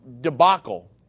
debacle